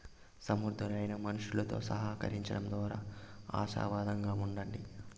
సమర్థులైన మనుసులుతో సహకరించడం దోరా ఆశావాదంగా ఉండండి